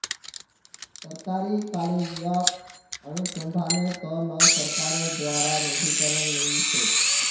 सरकारी कॉलेजक अनुसंधानेर त न सरकारेर द्बारे निधीकरण मिल छेक